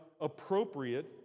appropriate